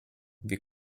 wir